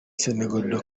sénégal